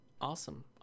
Awesome